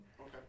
Okay